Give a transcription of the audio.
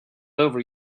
over